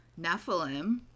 nephilim